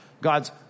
God's